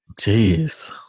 Jeez